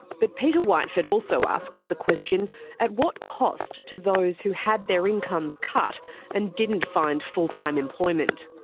but peter whiteford also asks the question at what cost to those who had their incomes cut and didn't find full time employment?